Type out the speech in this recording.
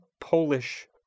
Polish